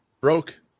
broke